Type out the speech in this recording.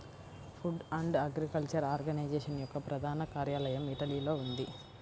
food and Agriculture Organization యొక్క ప్రధాన కార్యాలయం ఇటలీలో ఉంది